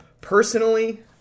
Personally